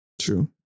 True